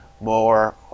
more